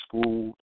school